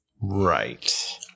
right